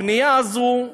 הבנייה הזאת,